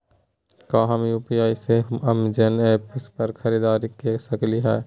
का हम यू.पी.आई से अमेजन ऐप पर खरीदारी के सकली हई?